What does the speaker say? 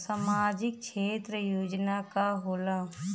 सामाजिक क्षेत्र योजना का होला?